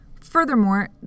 Furthermore